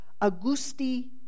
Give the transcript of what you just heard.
Augusti